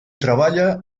treballa